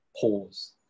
pause